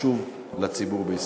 חשוב לציבור בישראל.